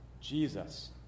Jesus